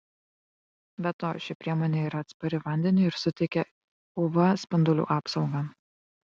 be to ši priemonė yra atspari vandeniui ir suteikia uv spindulių apsaugą